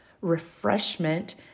refreshment